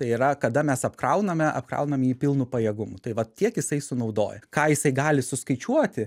tai yra kada mes apkrauname apkraunam jį pilnu pajėgumu tai vat tiek jisai sunaudoja ką jisai gali suskaičiuoti